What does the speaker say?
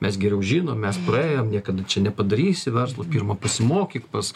mes geriau žinom mes praėjom nieko tu čia nepadarysi verslo pirma pasimokyk pas